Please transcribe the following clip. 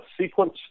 sequence